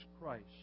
Christ